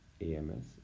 AMS